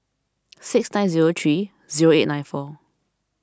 six nine zero three zero eight nine four